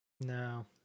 No